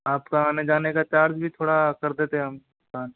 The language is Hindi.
आपका आने जाने का चार्ज भी थोडा कर देते हम साथ